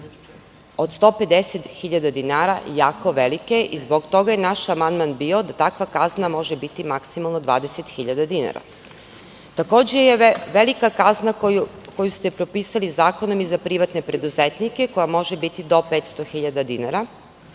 od 150.000 dinara jako velike i zbog toga je naš amandman bio da takva kazna može biti maksimalno 20.000 dinara. Takođe je velika kazna koju ste propisali zakonom i za privatne preduzetnike, koja može biti do 500.000 dinara.